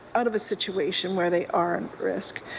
out of a situation where they are at risk,